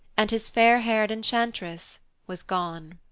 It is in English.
and his fair-haired enchantress was gone.